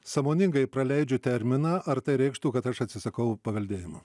sąmoningai praleidžiu terminą ar tai reikštų kad aš atsisakau paveldėjimo